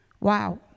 Wow